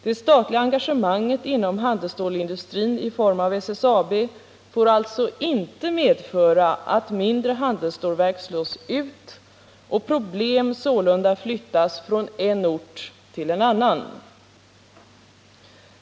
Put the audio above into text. Det statliga engagemanget inom handelsstålsindustrin i form av SSAB får alltså inte medföra att mindre handelsstålverk slås ut och problem sålunda flyttas från en ort till en annan.